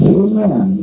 amen